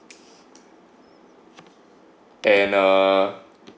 and uh